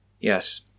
Yes